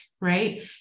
right